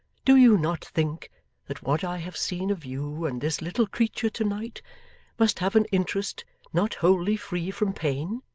do you not think that what i have seen of you and this little creature to-night must have an interest not wholly free from pain